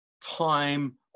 time